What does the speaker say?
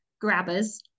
grabbers